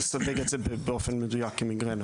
לסווג את זה באופן מדויק עם מיגרנה.